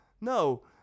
No